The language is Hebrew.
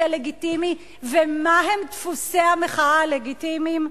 הלגיטימי ומהם דפוסי המחאה הלגיטימיים?